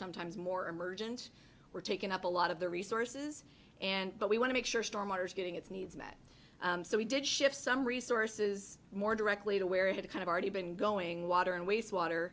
sometimes more emergent we're taking up a lot of the resources and but we want to make sure storm water is getting its needs met so we did shift some resources more directly to where it kind of already been going water and wastewater